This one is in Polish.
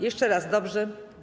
Jeszcze raz, dobrze.